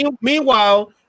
meanwhile